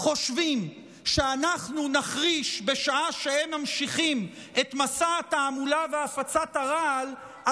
חושבים שאנחנו נחריש בשעה שהם ממשיכים את מסע התעמולה והפצת הרעל,